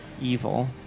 evil